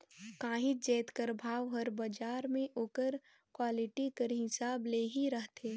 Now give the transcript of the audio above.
काहींच जाएत कर भाव हर बजार में ओकर क्वालिटी कर हिसाब ले ही रहथे